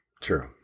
true